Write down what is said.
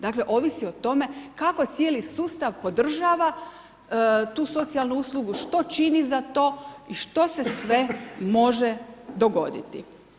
Dakle, ovisi o tome kako cijeli sustav podržava tu socijalnu uslugu, što čini za to i što se sve može dogoditi.